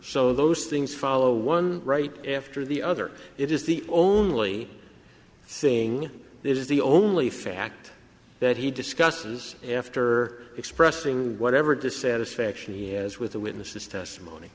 so those things follow one right after the other it is the only thing is the only fact that he discusses after expressing whatever dissatisfaction he has with the witness's testimony